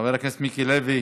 חבר הכנסת מיקי לוי,